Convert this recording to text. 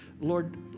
Lord